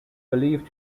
believed